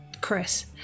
Chris